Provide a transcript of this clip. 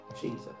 Jesus